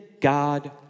God